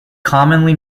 commonly